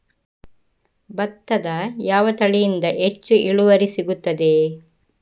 ಭತ್ತದ ಯಾವ ತಳಿಯಿಂದ ಹೆಚ್ಚು ಇಳುವರಿ ಸಿಗುತ್ತದೆ?